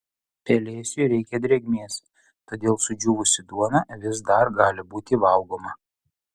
pelėsiui reikia drėgmės todėl sudžiūvusi duona vis dar gali būti valgoma